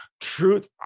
Truth